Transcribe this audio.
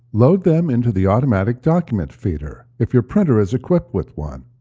load them into the automatic document feeder, if your printer is equipped with one.